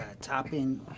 Topping